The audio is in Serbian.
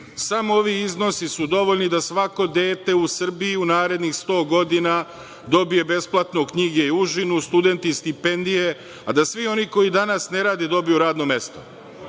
Samo ovi iznosi su dovoljni da svako dete u Srbiji u narednih 100 godina dobije besplatno knjige i užinu, studenti stipendije, a da svi oni koji danas ne rade dobiju radno mesto.